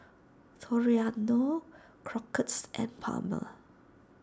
Toriano Crocketts and Palmer